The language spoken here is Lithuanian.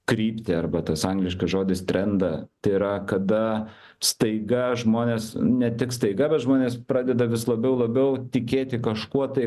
kryptį arba tas angliškas žodis trendą tai yra kada staiga žmonės ne tik staiga bet žmonės pradeda vis labiau labiau tikėti kažkuo tai